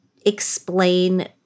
explain